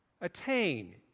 attain